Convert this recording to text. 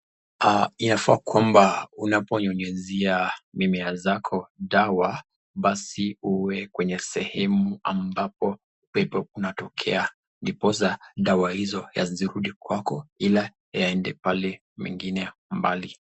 Aa inafaa kwamba unaponyunyizia mimea zako dawa basi uwe kwenye sehemu ambapo pepo inatokea ndiposa dawa hizo yasirudi kwako ila yaende pale mengine mbali.